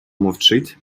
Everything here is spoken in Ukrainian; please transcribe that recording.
мовчить